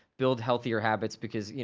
build healthier habits. because, you